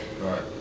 Right